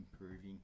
improving